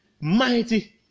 mighty